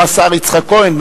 גם השר יצחק כהן,